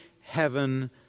heaven